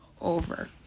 over